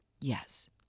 yes